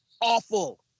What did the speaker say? awful